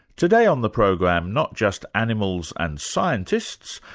today on the program, not just animals and scientists,